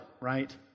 Right